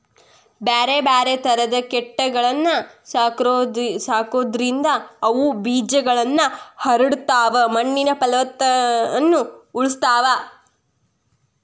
ಬ್ಯಾರ್ಬ್ಯಾರೇ ತರದ ಕೇಟಗಳನ್ನ ಸಾಕೋದ್ರಿಂದ ಅವು ಬೇಜಗಳನ್ನ ಹರಡತಾವ, ಮಣ್ಣಿನ ಪಲವತ್ತತೆನು ಉಳಸ್ತಾವ